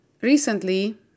Recently